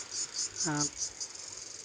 ᱟᱨ